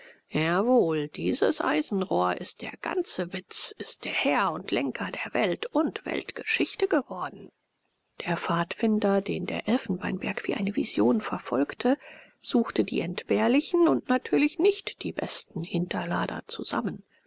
wohl dieses eisenrohr ist der ganze witz ist der herr und lenker der welt und weltgeschichte geworden der pfadfinder den der elfenbeinberg wie eine vision verfolgte suchte die entbehrlichen und natürlich nicht die besten hinterlader zusammen